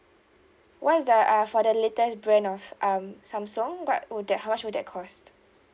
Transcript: what is the uh for the latest brand of um samsung what would that how much will that cost